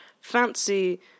fancy